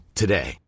today